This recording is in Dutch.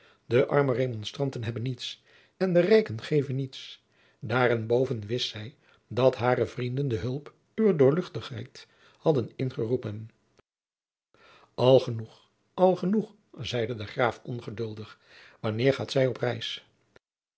de arme remonstranten hebben niets en de rijke geven niets daarenboven wist zij dat hare vrienden de hulp uwer doorl hadden ingeroepen al genoeg al genoeg zeide de graaf ongeduldig wanneer gaat zij op reis